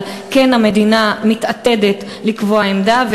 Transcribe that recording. אבל המדינה כן מתעתדת לקבוע עמדה,